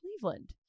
Cleveland